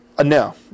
no